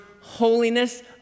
Holiness